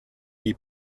year